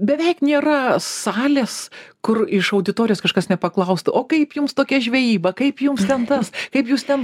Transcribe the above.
beveik nėra salės kur iš auditorijos kažkas nepaklaustų o kaip jums tokia žvejyba kaip jums ten tas kaip jūs ten